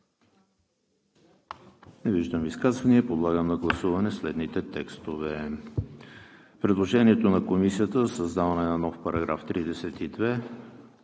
Не виждам изказвания. Подлагам на гласуване следните текстове: предложението на Комисията за създаване на нов § 32